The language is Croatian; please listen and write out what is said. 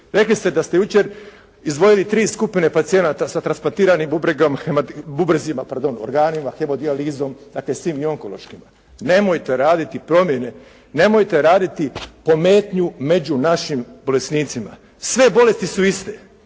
Rekli ste da ste jučer izdvojili tri skupine pacijenata sa transplantiranim bubregom, bubrezima, pardon, organima, hemodijalizom, dakle s tim i onkološkima. Nemojte raditi promjene, nemojte raditi pometnju među našim bolesnicima. Sve bolesti su iste.